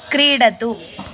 क्रीडतु